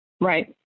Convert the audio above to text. right